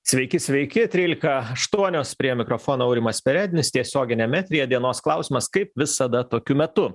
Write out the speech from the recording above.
sveiki sveiki trylika aštuonios prie mikrofono aurimas perednis tiesioginiam eteryje dienos klausimas kaip visada tokiu metu